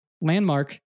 Landmark